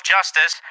Justice